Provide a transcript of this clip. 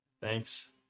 Thanks